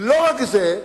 לא רק זה,